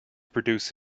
produce